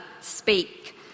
speak